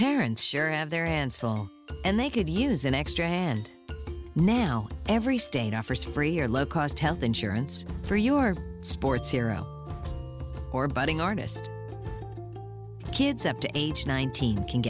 parents sure and their hands full and they could use an extra hand now every state offers free or low cost health insurance for your sports hero or budding artist kids up to age nineteen can